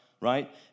right